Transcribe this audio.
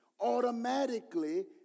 Automatically